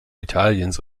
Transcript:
italiens